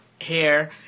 hair